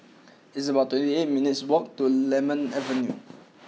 it's about twenty eight minutes' walk to Lemon Avenue